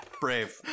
brave